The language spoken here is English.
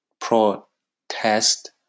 protest